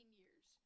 years